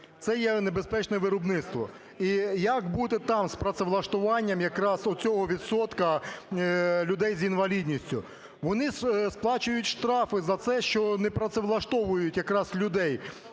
Це є небезпечне виробництво. І як бути там з працевлаштуванням якраз оцього відсотка людей з інвалідністю? Вони сплачують штрафи за це, що не працевлаштовують якраз людей.